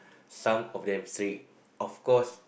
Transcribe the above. some of them strict of course